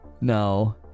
No